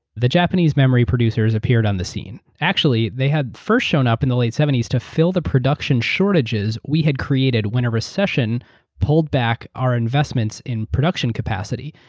japanese memory producers appeared on the scene. actually, they had first shown up in the late seventy s to fill the production shortages we had created when a recession pulled back our investments in production capacity.